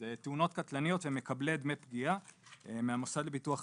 זה תאונות קטלניות הם מקבלי דמי פגיעה מהמוסד לביטוח לאומי,